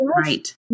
right